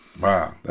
Wow